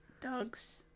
Dogs